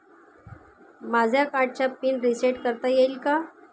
माझ्या कार्डचा pin reset करता येईल का?